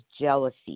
jealousy